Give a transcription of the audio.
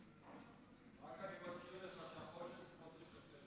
אני רק מזכיר לך שהחוק של סמוטריץ יותר,